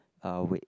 uh wait